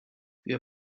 wir